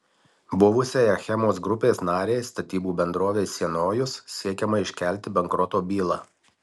buvusiai achemos grupės narei statybų bendrovei sienojus siekiama iškelti bankroto bylą